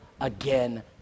again